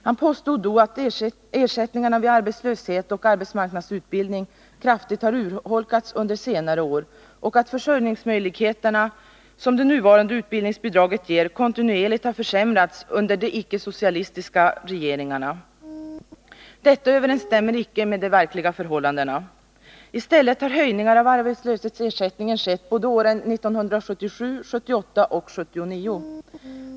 Han påstod då att ersättningarna vid arbetslöshet och arbetsmarknadsutbildning kraftigt har urholkats under senare år och att de försörjningsmöjligheter som det nuvarande utbildningsbidraget ger kontinuerligt har försämrats under de icke socialistiska regeringarna. Detta överensstämmer inte med de verkliga förhållandena. I stället har höjningar av arbetslöshetsersättningen skett under åren 1977, 1978 och 1979.